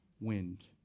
wind